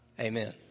Amen